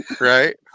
Right